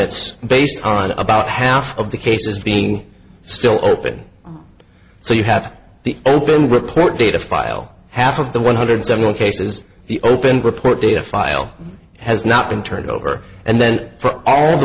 es based on about half of the cases being still open so you have the open report data file half of the one hundred seventy cases the open report data file has not been turned over and then for all